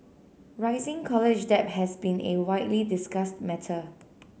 rising college debt has been a widely discussed matter